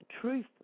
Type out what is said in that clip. truth